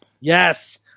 Yes